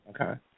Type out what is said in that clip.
Okay